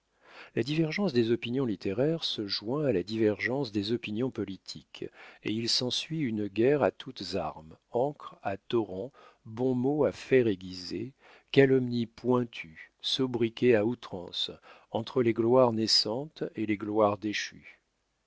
la divergence des opinions littéraires se joint à la divergence des opinions politiques et il s'ensuit une guerre à toutes armes encre à torrents bons mots à fer aiguisé calomnies pointues sobriquets à outrance entre les gloires naissantes et les gloires déchues